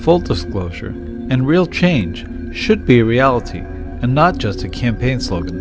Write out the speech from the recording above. full disclosure and real change should be a reality and not just a campaign slogan